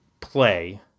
play